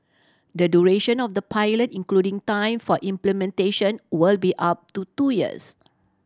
the duration of the pilot including time for implementation will be up to two years